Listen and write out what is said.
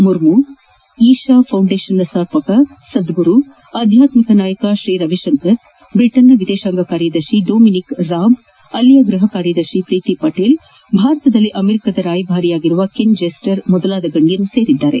ಮುರ್ಮು ಈಶ ಫೌಡೇಶನ್ನ ಸಂಸ್ನಾಪಕ ಸದ್ಗುರು ಆಧ್ವಾತ್ತಿಕ ನಾಯಕ ಶ್ರೀ ರವಿಶಂಕರ್ ಬ್ರಿಟನ್ನ ವಿದೇಶಾಂಗ ಕಾರ್ಯದರ್ಶಿ ಡೊಮಿನಿಕ್ ರಾಬ್ ಅಲ್ಲಿಯ ಗ್ರಹ ಕಾರ್ಯದರ್ಶಿ ಪ್ರೀತಿ ಪಟೇಲ್ ಭಾರತದಲ್ಲಿ ಅಮೆರಿಕದ ರಾಯಭಾರಿಯಾಗಿರುವ ಕೆನ್ ಜೆಸ್ಸರ್ ಮೊದಲಾದ ಗಣ್ಣರು ಸೇರಿದ್ದಾರೆ